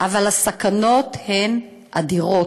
אבל הסכנות הן אדירות.